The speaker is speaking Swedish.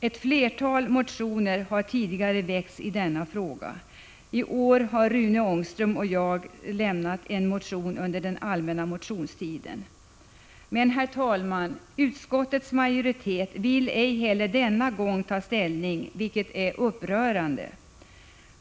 Ett flertal motioner har tidigare väckts i denna fråga. I år har Rune Ångström och jag lämnat en motion i frågan under den allmänna motionstiden. Men, herr talman, utskottets majoritet vill ej heller denna gång ta ställning, vilket är upprörande.